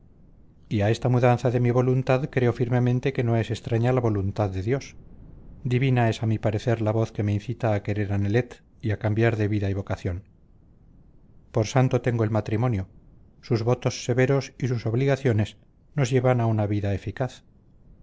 a esta mudanza de mi voluntad creo firmemente que no es extraña la voluntad de dios divina es a mi parecer la voz que me incita a querer a nelet y a cambiar de vida y vocación por santo tengo el matrimonio sus votos severos y sus obligaciones nos llevan a una vida eficaz